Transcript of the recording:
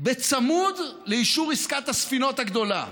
בצמוד לאישור עסקת הספינות הגדולה,